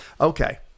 Okay